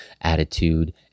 attitude